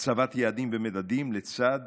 הצבת יעדים ומדדים לצד